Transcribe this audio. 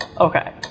Okay